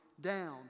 down